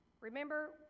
Remember